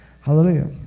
Hallelujah